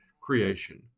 creation